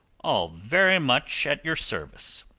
all very much at your service.